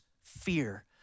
fear